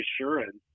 assurance